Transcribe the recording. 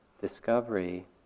discovery